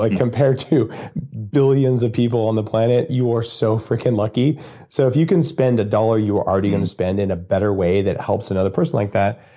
like compared to billions of people on the planet, you are so freaking lucky so if you can spend a dollar you were already going to spend in a better way that helps another person like that,